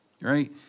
right